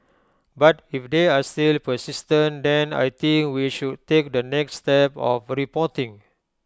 but if they are still persistent then I think we should take the next step of reporting